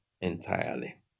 entirely